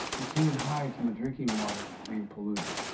you can't hide from the drinking water being polluted.